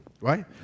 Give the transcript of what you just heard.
right